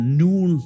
noon